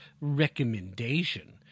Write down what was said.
recommendation